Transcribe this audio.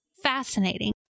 Fascinating